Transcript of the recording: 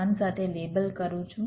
1 સાથે લેબલ કરું છું